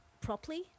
properly